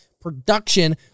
production